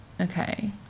okay